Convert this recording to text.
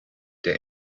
der